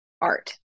art